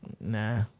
nah